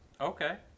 Okay